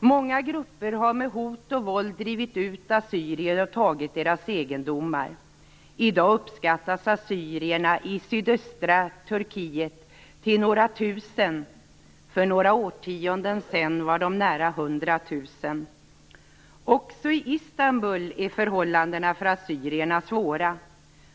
Många grupper har med hot och våld drivit ut assyrier och tagit deras egendomar. I dag uppskattas assyrierna i sydöstra Turkiet till några tusen. För några årtionden sedan fanns det nära 100 000. Också i Istanbul är förhållandena för assyrierna svåra.